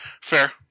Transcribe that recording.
Fair